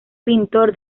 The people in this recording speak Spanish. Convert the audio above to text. pintor